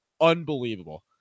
unbelievable